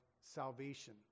salvation